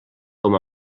com